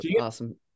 awesome